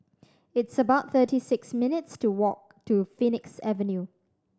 it's about thirty six minutes' to walk to Phoenix Avenue